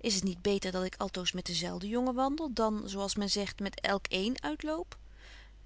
is het niet beter dat ik altoos met den zelfden jongen wandel dan zo als men zegt met elk een uitloop